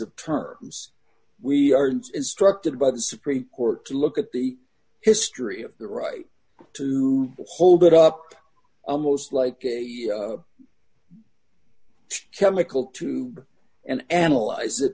of terms we are instructed by the supreme court to look at the history of the right to hold it up busy almost like a chemical to and analyze it